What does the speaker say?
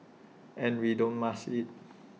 and we don't mask IT